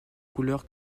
couleur